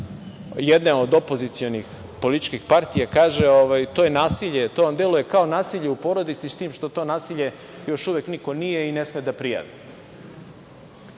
jedne od opozicionih političkih partija. Kaže - to je nasilje, to vam deluje kao nasilje u porodici, s tim što to nasilje još uvek nije i ne sme da prijavi.